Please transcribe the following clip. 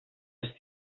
els